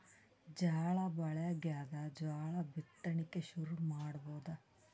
ಝಳಾ ಭಾಳಾಗ್ಯಾದ, ಜೋಳ ಬಿತ್ತಣಿಕಿ ಶುರು ಮಾಡಬೋದ?